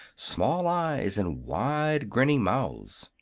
small eyes and wide, grinning mouths.